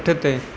पुठिते